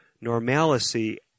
normalcy